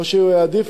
או שהוא יעדיף,